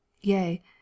yea